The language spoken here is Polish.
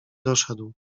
doszedł